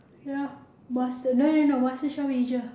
ya master no no no masterchef asia